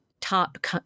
top